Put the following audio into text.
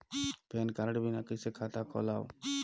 Pan card बिना कइसे खाता खोलव?